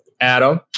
Adam